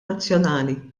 nazzjonali